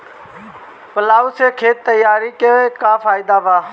Plough से खेत तैयारी के का फायदा बा?